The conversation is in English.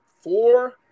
four